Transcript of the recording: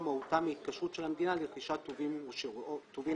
מהותם היא התקשרות של המדינה לרכישת טובין או שירותים.